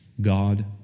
God